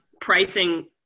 pricing